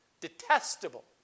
Detestable